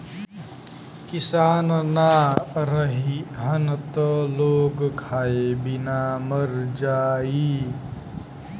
किसान ना रहीहन त लोग खाए बिना मर जाई